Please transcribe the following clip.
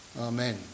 Amen